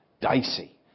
dicey